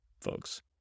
folks